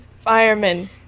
Firemen